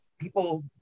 people